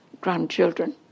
grandchildren